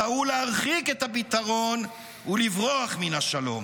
בחרו להרחיק את הפתרון ולברוח מן השלום.